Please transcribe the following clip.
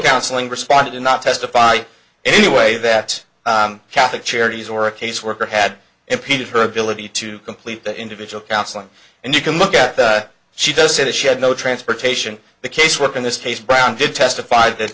counseling responded to not testify in any way that catholic charities or a caseworker had impeded her ability to complete the individual counseling and you can look at that she does say that she had no transportation the caseworker in this case brown did testified that